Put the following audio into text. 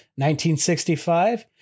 1965